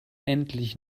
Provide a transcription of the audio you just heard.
endlich